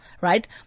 Right